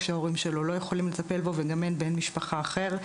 כשההורים שלו לא יכולים לטפל בו וגם אין בן משפחה אחר,